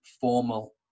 formal